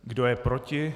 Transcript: Kdo je proti?